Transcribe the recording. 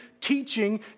teaching